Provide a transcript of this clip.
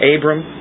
Abram